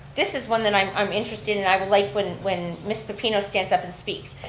this is one that i'm i'm interested, and i would like when when miss pepino stands up and speaks,